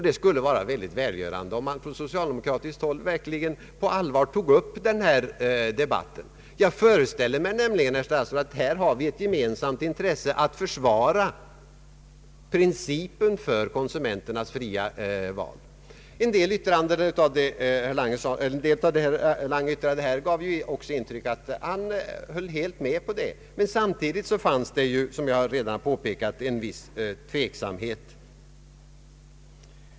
Det skulle vara välgörande om man från socialdemokratiskt håll på allvar tog upp denna debatt. Jag föreställer mig nämligen, herr statsråd, att vi har ett gemensamt intresse i att försvara principen om konsumenternas fria val. En del av vad herr Lange yttrade här gav också intryck av att han helt höll med om detta, men samtidigt visade han — som jag redan påpekat — en viss tveksamhet.